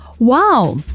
Wow